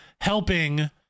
helping